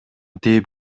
тээп